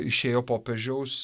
išėjo popiežiaus